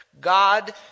God